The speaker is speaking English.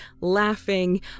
laughing